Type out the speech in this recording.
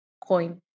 coin